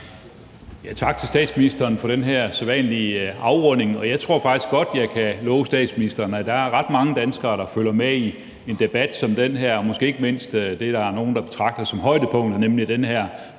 Tak til statsministeren for den her sædvanlige afrunding. Og jeg tror faktisk godt, jeg kan love statsministeren, at der er ret mange danskere, der følger med i en debat som den her og måske ikke mindst det, som nogle betragter som højdepunktet, nemlig den her